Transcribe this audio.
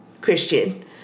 Christian